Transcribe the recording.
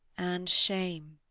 and shame